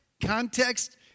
context